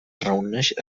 reuneix